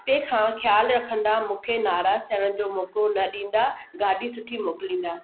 अॻिते खां ख़्यालु रखंदा मूंखे नाराज़ु करण जो मौक़ो न ॾींदा गाॾी सुठी मोकिलींदा